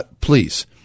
Please